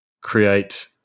create